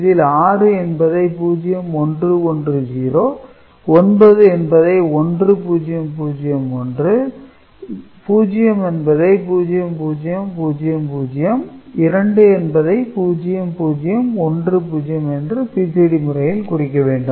இதில் 6 என்பதை 0110 9 என்பதை 1001 0 என்பதை 0000 2 என்பதை 0010 என்று BCD முறையில் குறிக்க வேண்டும்